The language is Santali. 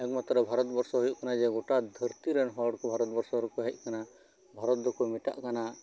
ᱮᱠ ᱢᱟᱛᱨᱚ ᱵᱷᱟᱨᱚᱛᱵᱚᱨᱥᱚ ᱦᱩᱭᱩᱜ ᱠᱟᱱᱟ ᱜᱚᱴᱟ ᱫᱷᱟᱨᱛᱤ ᱨᱮᱱ ᱦᱚᱲ ᱠᱚ ᱵᱷᱟᱨᱚᱛᱵᱚᱨᱥᱚ ᱠᱚ ᱦᱮᱡ ᱠᱟᱱᱟ ᱵᱷᱟᱨᱚᱛ ᱫᱚᱠᱚ ᱢᱮᱛᱟᱜ ᱠᱟᱱᱟ